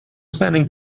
planning